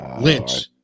Lynch